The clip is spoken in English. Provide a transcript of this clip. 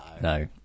No